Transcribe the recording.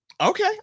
Okay